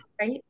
right